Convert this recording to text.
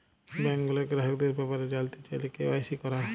bank গুলার গ্রাহকদের ব্যাপারে জালতে চাইলে কে.ওয়াই.সি ক্যরা